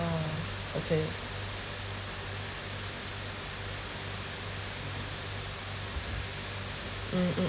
okay mm mm